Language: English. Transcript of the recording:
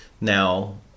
Now